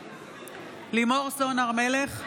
בעד לימור סון הר מלך,